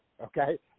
okay